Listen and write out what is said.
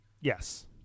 Yes